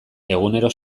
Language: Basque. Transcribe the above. egunero